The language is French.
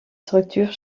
structures